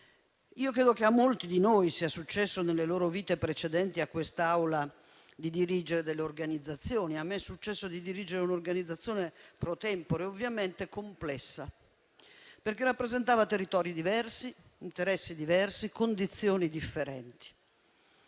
Credo che a molti di noi sia successo, nelle loro vite precedenti a quest'Aula, di dirigere organizzazioni: a me è successo di dirigerne una *pro tempore*, ovviamente complessa, perché rappresentava territori diversi, interessi diversi e condizioni differenti.